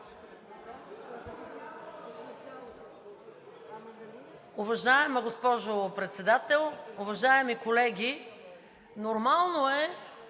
Уважаема госпожо Председател, уважаеми колеги! Нормално е